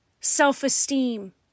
self-esteem